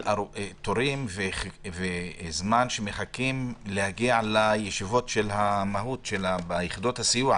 אני שאלתי על תורים וזמן שמחכים להגיע לישיבות של המהות ביחידות הסיוע,